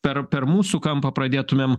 per per mūsų kampą pradėtumėm